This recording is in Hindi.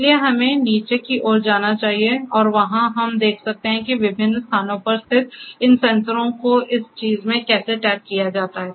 इसलिए हमें नीचे की ओर जाना चाहिए और वहां हम देख सकते हैं कि विभिन्न स्थानों पर स्थित इन सेंसरों को इस चीज़ में कैसे टैग किया जाता है